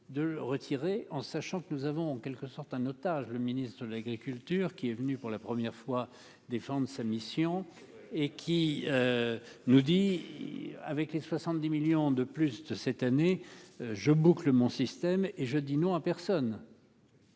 de retirer en sachant que nous avons en quelque sorte un otage le ministre. Sur l'agriculture qui est venu pour la première fois défende sa mission et qui nous dit : avec les 70 millions de plus de cette année, je boucle mon système et je dis non à personne.